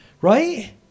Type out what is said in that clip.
right